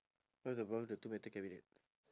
what's the problem with the two metal cabinet